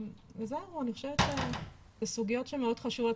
זהו אני חושבת שאלה סוגיות שהם מאוד חשובות,